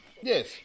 Yes